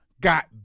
got